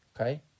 okay